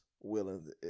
willing